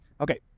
Okay